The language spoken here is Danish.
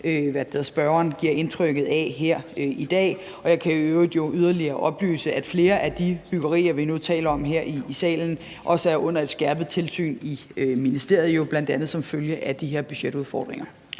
som spørgeren giver indtrykket af her i dag, og jeg kan jo i øvrigt yderligere oplyse, at flere af de byggerier, vi nu taler om her i salen, også er under et skærpet tilsyn i ministeriet, bl.a. som følge af de her budgetudfordringer.